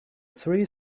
three